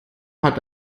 hat